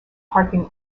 parking